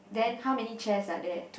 then how many chairs are there